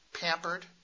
pampered